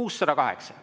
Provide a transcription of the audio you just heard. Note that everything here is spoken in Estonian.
608!